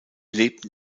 lebten